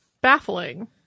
baffling